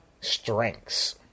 strengths